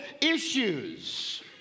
issues